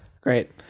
great